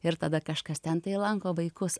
ir tada kažkas ten tai lanko vaikus